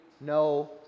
no